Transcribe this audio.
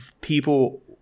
people